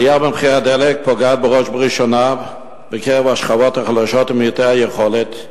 עלייה במחירי הדלק פוגעת בראש ובראשונה בשכבות החלשות ובמעוטי היכולת.